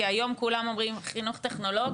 כי היום כולם אומרים כן,